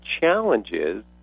challenges